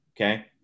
Okay